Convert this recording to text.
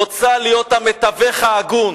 רוצה להיות המתווך ההגון.